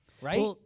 right